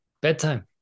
Bedtime